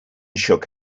shook